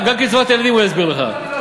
גם על קצבאות ילדים הוא יסביר לך.